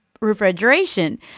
refrigeration